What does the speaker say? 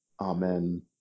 Amen